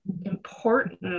important